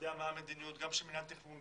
יודע מה המדיניות גם של מינהל תכנון,